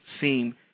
seem